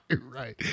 Right